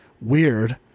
weird